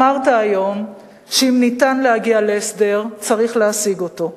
אמרת היום שאם ניתן להגיע להסדר צריך להשיג אותו.